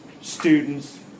students